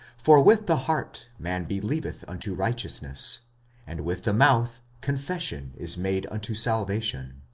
for with the heart man believeth unto righteousness and with the mouth confession is made unto salvation.